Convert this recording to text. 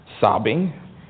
Sobbing